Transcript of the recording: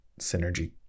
synergy